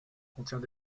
contient